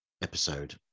episode